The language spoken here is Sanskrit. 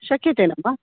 शक्यते न वा